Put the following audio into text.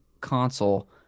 console